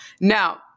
Now